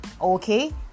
Okay